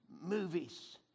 movies